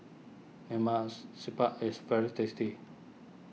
Lemaks Siput is very tasty